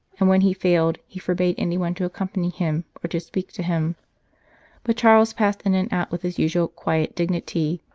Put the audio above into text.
and when he failed he forbade anyone to accompany him or to speak to him but charles passed in and out with his usual quiet dignity,